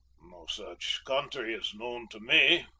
no such country is known to me,